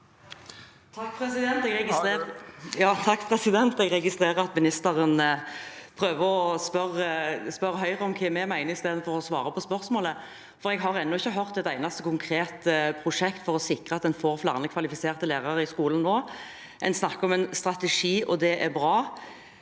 (H) Jeg registrerer at ministeren prøver å spørre Høyre om hva vi mener, i stedet for å svare på spørsmålet. Jeg har ennå ikke hørt om et eneste konkret prosjekt for å sikre at en får flere kvalifiserte lærere i skolen. En snakker om en strategi, og det er bra.